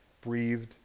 breathed